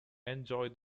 enjoy